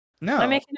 No